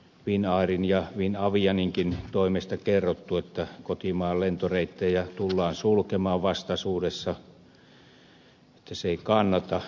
finnairin ja finaviankin toimesta on kerrottu että kotimaan lentoreittejä tullaan sulkemaan vastaisuudessa että ne eivät kannata